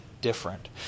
different